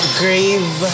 grave